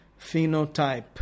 phenotype